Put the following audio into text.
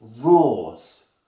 roars